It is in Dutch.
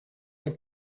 een